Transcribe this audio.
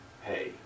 hey